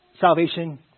salvation